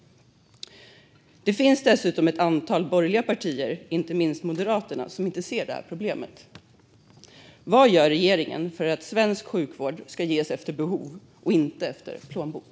Ett antal borgerliga partier, inte minst Moderaterna, ser inte detta problem. Vad gör regeringen för att svensk sjukvård ska ges efter behov och inte efter plånbok?